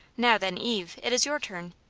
now, then. eve, it is your turn.